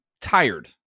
tired